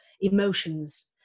emotions